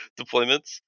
deployments